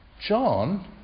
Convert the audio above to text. John